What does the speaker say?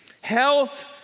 Health